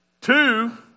Two